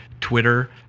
Twitter